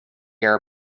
air